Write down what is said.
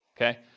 Okay